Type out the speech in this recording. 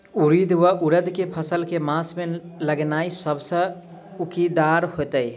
उड़ीद वा उड़द केँ फसल केँ मास मे लगेनाय सब सऽ उकीतगर हेतै?